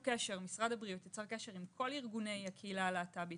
משרד הבריאות יצר קשר עם כל ארגוני הקהילה הלהט"בית.